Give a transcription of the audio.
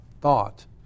thought